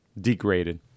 degraded